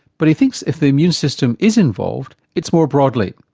but he thinks if the immune system is involved it's more broadly.